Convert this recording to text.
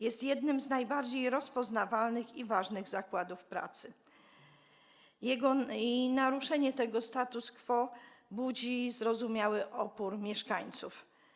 Jest jednym z najbardziej rozpoznawalnych i ważnych zakładów pracy i naruszenie tego status quo budzi zrozumiały opór mieszkańców.